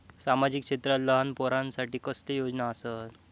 सामाजिक क्षेत्रांत लहान पोरानसाठी कसले योजना आसत?